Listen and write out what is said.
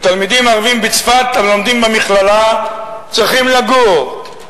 תלמידים ערבים בצפת הלומדים במכללה צריכים לגור,